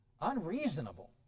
Unreasonable